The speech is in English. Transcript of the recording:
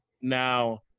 now